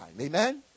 amen